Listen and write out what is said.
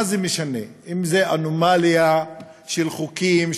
מה זה משנה אם זו אנומליה של חוקים,